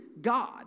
God